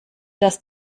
dass